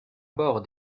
bord